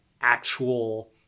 actual